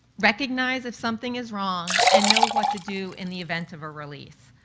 recognize if something is wrong and know what to do in the event of a release.